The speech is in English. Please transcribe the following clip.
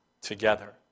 together